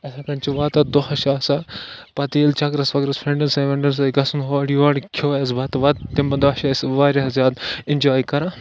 یِتھَے کَن چھُ واتان دۄہَس چھِ آسان پَتہٕ ییٚلہِ چَکرَس وَکرَس فرٛٮ۪نٛڈَن سۭتۍ وٮ۪نٛڈَن سۭتۍ گژھُن ہور یور کھیوٚو اَسہِ بَتہٕ وَتہٕ تَمہِ دۄہہِ چھِ أسۍ واریاہ زیادٕ اِنجاے کَران